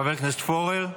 חבר הכנסת פורר,